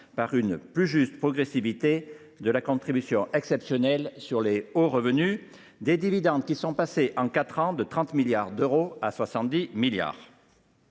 par une plus juste progressivité de la contribution exceptionnelle sur les hauts revenus, les dividendes distribués étant passés de 30 milliards à 70 milliards